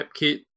AppKit